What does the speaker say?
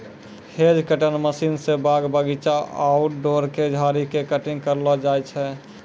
hedge cutter machine स बाग बगीचा, आउटडोर के झाड़ी के कटिंग करलो जाय छै